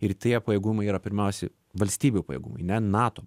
ir tie pajėgumai yra pirmiausi valstybių pajėgumai ne nato